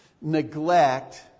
neglect